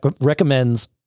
recommends